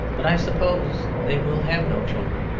but i suppose they will have no children.